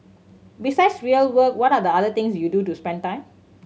besides real work what are the other things you do to spend time